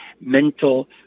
mental